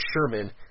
Sherman